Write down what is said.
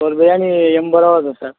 ஒரு பிரியாணி எண்பதுருவா வருதுங்க சார்